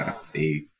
See